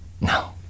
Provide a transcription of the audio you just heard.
No